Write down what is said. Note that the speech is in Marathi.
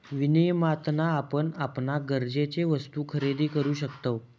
विनियमातना आपण आपणाक गरजेचे वस्तु खरेदी करु शकतव